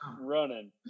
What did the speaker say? running